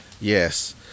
yes